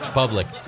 public